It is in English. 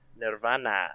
Nirvana